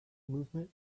movement